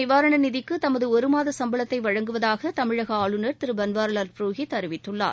நிவாரணநிதிக்குதமதுஒருமாதசம்பளத்தைவழங்குவதாகதமிழகஆளுநர் புயல் கஐ திருபன்வாரிலால் புரோஹித் அறிவித்துள்ளார்